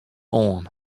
oan